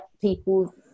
people